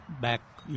back